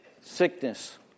Sickness